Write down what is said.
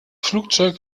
flugzeug